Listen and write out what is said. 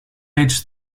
age